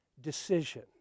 decision